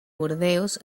burdeos